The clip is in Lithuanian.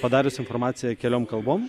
padariusi informaciją keliom kalbom